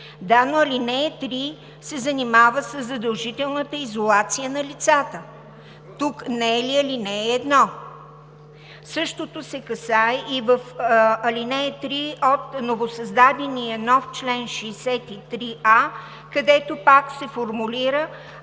Да, но ал. 3 се занимава със задължителната изолация на лицата. Тук не е ли алинея 1? Същото касае и ал. 3 от новосъздадения нов чл. 63а, където пак се формулира